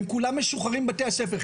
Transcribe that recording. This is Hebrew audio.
הם כולם משוחררים מבתי הספר.